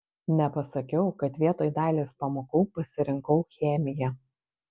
nepasakiau kad vietoj dailės pamokų pasirinkau chemiją